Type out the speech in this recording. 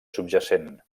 subjacent